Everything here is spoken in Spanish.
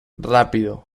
rápido